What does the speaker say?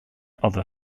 other